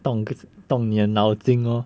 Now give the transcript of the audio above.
动个动你的脑筋 lor